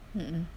mm mm